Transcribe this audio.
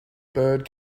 bird